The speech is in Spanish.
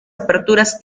aperturas